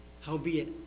howbeit